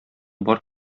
бар